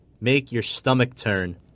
make-your-stomach-turn